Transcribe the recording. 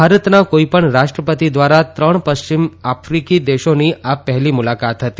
ભારતના કોઇ પણ રાષ્ટ્રપતિ દ્વારા ત્રણ પશ્ચિમ આફિકી દેશોની આ પહેલી મુલાકાત હતી